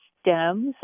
stems